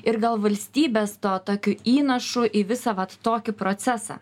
ir gal valstybės to tokiu įnašu į visą vat tokį procesą